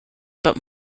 but